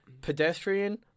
Pedestrian